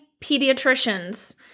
pediatricians